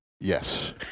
Yes